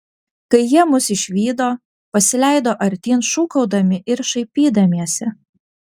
kai jie mus išvydo pasileido artyn šūkaudami ir šaipydamiesi